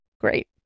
great